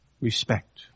respect